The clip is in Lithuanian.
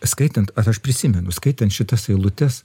skaitant vat aš prisimenu skaitant šitas eilutes